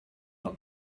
not